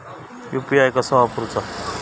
UPI कसा वापरूचा?